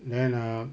then uh